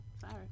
Sorry